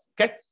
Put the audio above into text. Okay